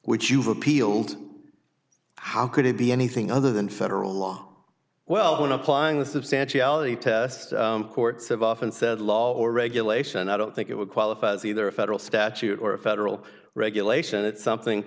which you've appealed how could it be anything other than federal law well when applying the substantiality test courts have often said law or regulation i don't think it would qualify as either a federal statute or a federal regulation it's something